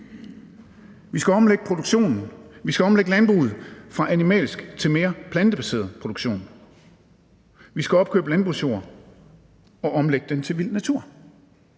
altså omlægge landbruget fra animalsk til mere plantebaseret produktion. Vi skal opkøbe landbrugsjord og omlægge den til vild natur.